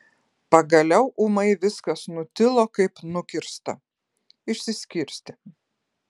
pagaliau ūmai viskas nutilo kaip nukirsta išsiskirstė